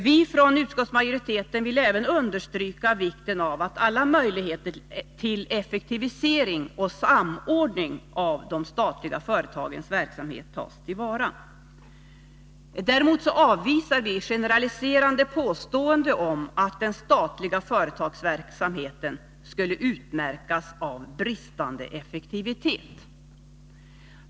Vi från utskottsmajoriteten vill även understryka vikten av att alla möjligheter till effektivisering och samordning av de statliga företagens verksamhet tas till vara. Däremot avvisar vi generaliserande påståenden om att den statliga företagsverksamheten skulle utmärkas av bristande effektivitet.